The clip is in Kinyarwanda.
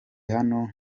hano